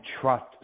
trust